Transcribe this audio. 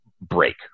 break